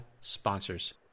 sponsors